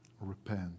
repent